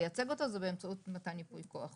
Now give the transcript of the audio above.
לייצג אותו זה באמצעות מתן ייפוי כוח,